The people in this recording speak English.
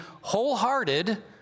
wholehearted